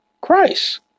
Christ